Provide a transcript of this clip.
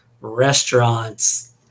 restaurants